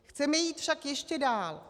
Chceme jít však ještě dál.